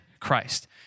Christ